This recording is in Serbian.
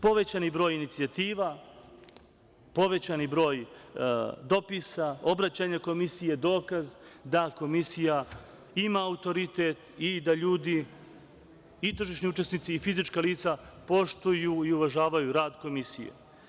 Povećani broj inicijativa, povećani broj dopisa, obraćanja Komisije, dokaz da Komisija ima autoritet i da ljudi i tržišni učesnici i fizička lica poštuju i uvažavaju rad Komisije.